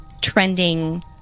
trending